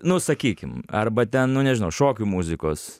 nu sakykim arba ten nu nežinau šokių muzikos